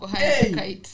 Hey